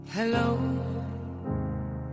Hello